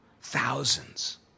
thousands